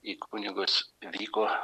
į kunigus vyko